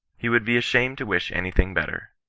he would be ashamed to wish any thing better.